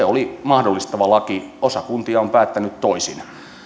oli mahdollistava laki osa kuntia on päättänyt toisin